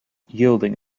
yielding